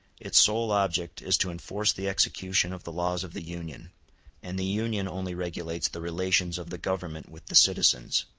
its sole object is to enforce the execution of the laws of the union and the union only regulates the relations of the government with the citizens,